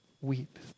weep